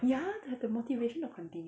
ya to have the motivation to continue